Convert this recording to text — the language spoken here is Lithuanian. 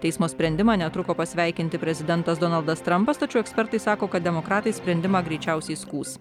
teismo sprendimą netruko pasveikinti prezidentas donaldas trampas tačiau ekspertai sako kad demokratai sprendimą greičiausiai skųs